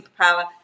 superpower